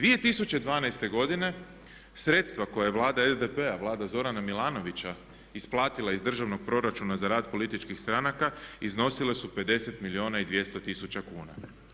2012. godine sredstva koja je Vlada SDP-a, Vlada Zorana Milanovića isplatila iz državnog proračuna za rad političkih stranaka iznosile su 50 milijuna i 200 tisuća kuna.